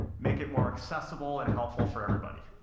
make it more accessible and helpful for everybody.